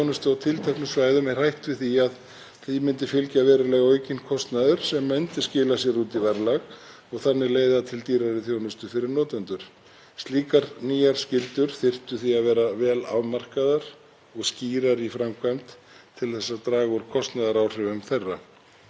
Slíkar nýjar skyldur þyrfti því að vera vel afmarkaðar og skýrar í framkvæmd til að draga úr kostnaðaráhrifum þeirra. Svo ætla ég í lokin aðeins að fá tækifæri til að fara yfir hvar skoðunarstofur eru á Íslandi til að menn átti sig á